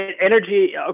energy